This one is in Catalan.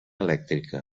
elèctrica